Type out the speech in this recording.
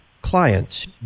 clients